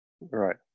right